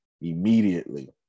Immediately